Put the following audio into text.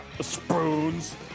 spoons